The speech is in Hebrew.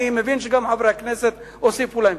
אני מבין שגם חברי הכנסת הוסיפו להם.